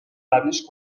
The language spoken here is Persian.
قبلیش